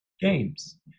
games